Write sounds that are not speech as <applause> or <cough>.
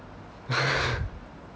<laughs>